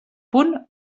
punt